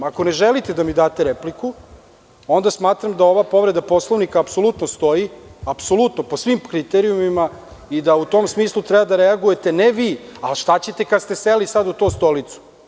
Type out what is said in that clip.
Ako ne želite da mi date repliku, onda smatram da ova povreda Poslovnika apsolutno stoji, po svim kriterijumima i da u tom smislu treba da reagujete, ne vi, ali šta ćete kada ste seli u tu stolicu.